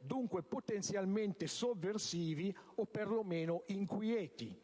dunque potenzialmente sovversivi o perlomeno inquieti.